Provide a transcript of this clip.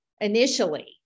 initially